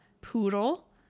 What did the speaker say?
poodle